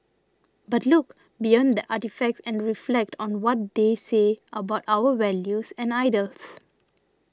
but look beyond the artefacts and reflect on what they say about our values and ideals